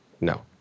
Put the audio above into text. No